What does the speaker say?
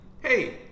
Hey